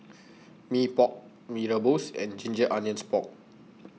Mee Pok Mee Rebus and Ginger Onions Pork